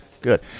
Good